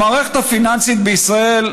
המערכת הפיננסית בישראל לוקה,